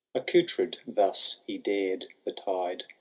accoutred thus he dared the tide.